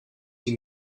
die